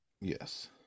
Yes